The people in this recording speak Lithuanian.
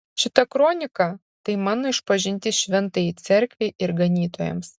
šita kronika tai mano išpažintis šventajai cerkvei ir ganytojams